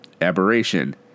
aberration